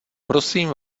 prosím